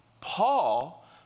Paul